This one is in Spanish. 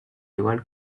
igual